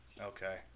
Okay